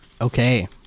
okay